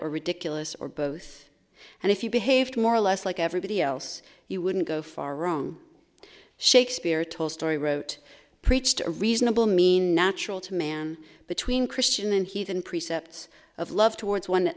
or ridiculous or both and if you behaved more or less like everybody else you wouldn't go far wrong shakespeare told story wrote preached a reasonable mean natural to man between christian and heathen precepts of love towards one